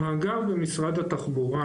המאגר במשרד התחבורה,